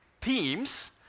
themes